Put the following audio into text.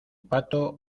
pato